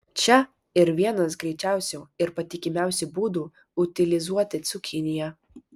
čia yr vienas greičiausių ir patikimiausių būdų utilizuoti cukiniją